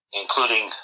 including